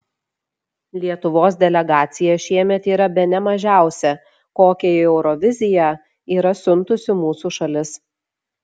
lietuvos delegacija šiemet yra bene mažiausia kokią į euroviziją yra siuntusi mūsų šalis